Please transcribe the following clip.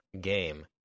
game